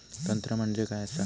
तंत्र म्हणजे काय असा?